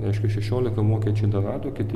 reiškia šešioliką vokiečiai dar rado kiti